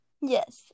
Yes